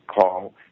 call